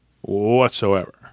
whatsoever